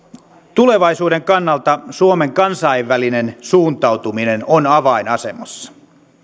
tulevaisuuden kannalta suomen kansainvälinen suuntautuminen on avainasemassa